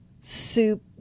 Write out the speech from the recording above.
soup